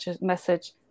message